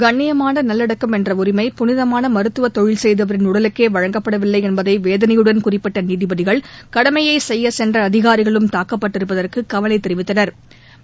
கண்ணியமான நல்லடக்கம் என்ற உரிமை புனிதமான மருத்துவ தொழில் செய்தவரின் உடலுக்கே வழங்கப்படவில்லை என்பதை வேதனையுடன் குறிப்பிட்ட நீதிபதிகள் கடமையை செய்ய சென்ற அதிகாரிகளும் தாக்கப்பட்டிருப்பதற்கு கவலை தெரிவித்தனா்